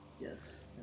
Yes